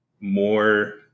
more